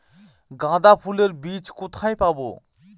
গাঁদা ফুলের বীজ কোথায় পাবো?